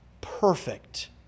perfect